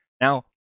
now